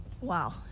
Wow